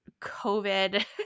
covid